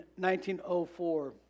1904